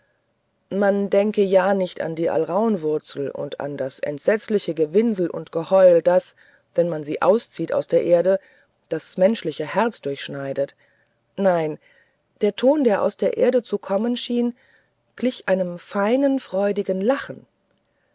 man denke ja nicht an die alraunwurzel und an das entsetzliche gewinsel und geheul das wenn man sie herauszieht aus der erde das menschliche herz durchschneidet nein der ton der aus der erde zu kommen schien glich einem feinen freudigen lachen